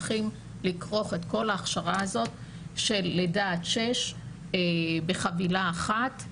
אנחנו הולכים לגרוף את כל ההכשרה הזו של לידה עד שש בחבילה אחת.